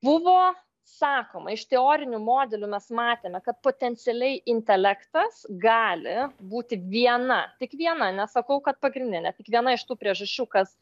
buvo sakoma iš teorinių modelių mes matėme kad potencialiai intelektas gali būti viena tik viena nesakau kad pagrindinė tik viena iš tų priežasčių kas